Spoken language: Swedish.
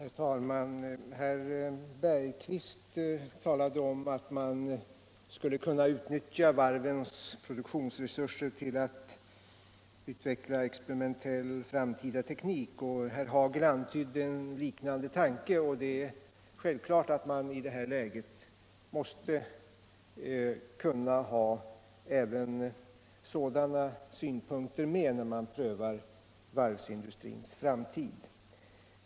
Herr talman! Herr Holger Bergqvist i Göteborg talade om att man skulle kunna utnyttja varvens produktionsresurser till att utveckla experimentell framtida teknik, och herr Hagel antydde en liknande tanke. Det är självklart att man i det här läget måste kunna ha även sådana synpunkter med i bilden när man prövar varvsindustrins framtid.